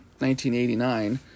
1989